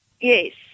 Yes